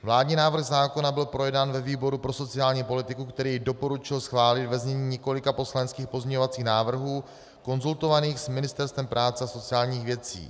Vládní návrh zákona byl projednán ve výboru pro sociální politiku, který jej doporučil schválit ve znění několika poslaneckých pozměňovacích návrhů konzultovaných s Ministerstvem práce a sociálních věcí.